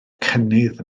cynnydd